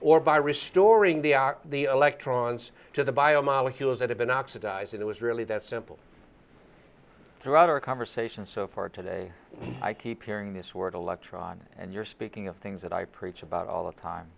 or by restoring the the electrons to the bio molecules that have been oxidized it was really that simple throughout our conversation so far today i keep hearing this word electron and you're speaking of things that i preach about all the time